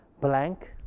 Blank